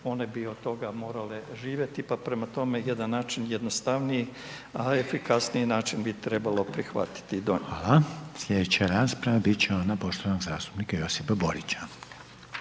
one bi od toga morale živjeti, pa prema tome, jedan način jednostavniji, a efikasniji način bi trebalo prihvatiti i donijeti. **Reiner, Željko (HDZ)** Hvala. Slijedeća rasprava bit će ona poštovanog zastupnika Josipa Borića.